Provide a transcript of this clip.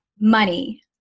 money